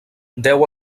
deu